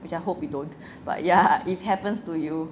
which I hope you don't but yeah if happens to you